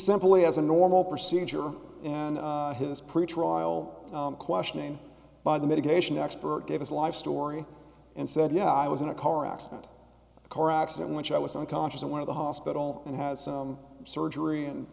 simply as a normal procedure and his pretrial questioning by the mitigation expert gave his life story and said yeah i was in a car accident a car accident which i was unconscious and one of the hospital and had surgery and